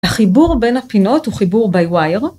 ‫החיבור בין הפינות הוא חיבור ביווייר.